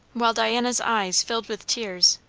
while diana's eyes filled with tears,